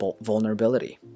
vulnerability